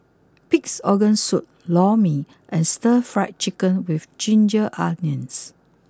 Pig's Organ Soup Lor Mee and Stir Fry Chicken with Ginger Onions